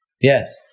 Yes